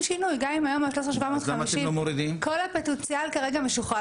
כל הפוטנציאל כרגע משוחרר.